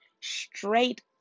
straight